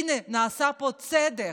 הינה, נעשה פה צדק.